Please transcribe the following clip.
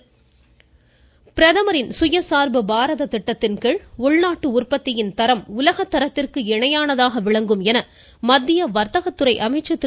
பியூஷ்கோயல் பிரதமரின் சுயசா்பு பாரத திட்டத்தின்கீழ் உள்நாட்டு உற்பத்தியின் தரம் உலகத்தரத்திற்கு இணையானதாக விளங்கும் மத்திய வர்த்தக துறை அமைச்சர் திரு